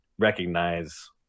Recognize